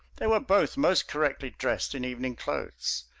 they were both most correctly dressed in evening clothes.